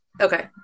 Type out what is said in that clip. okay